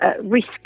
risk